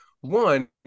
one